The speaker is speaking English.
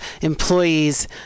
employees